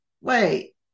wait